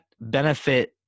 benefit